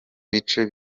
bice